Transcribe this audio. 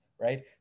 right